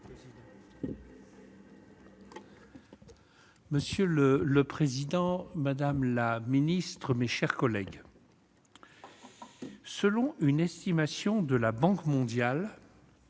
Monsieur le président, madame la secrétaire d'État, mes chers collègues, selon une estimation de la Banque mondiale,